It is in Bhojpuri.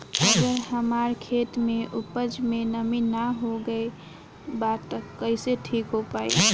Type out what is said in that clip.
अगर हमार खेत में उपज में नमी न हो गइल बा त कइसे ठीक हो पाई?